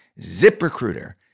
ZipRecruiter